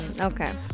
okay